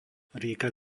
rieka